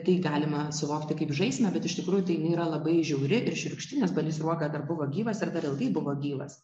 ir tai galima suvokti kaip žaismę bet iš tikrųjų tai jinai yra labai žiauri ir šiurkšti nes balys sruoga dar buvo gyvas ir dar ilgai buvo gyvas